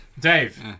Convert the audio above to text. Dave